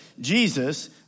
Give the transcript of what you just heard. Jesus